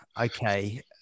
okay